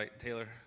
Taylor